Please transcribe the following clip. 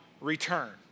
return